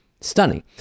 stunning